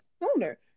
sooner